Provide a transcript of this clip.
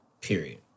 period